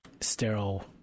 sterile